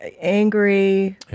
angry